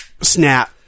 snap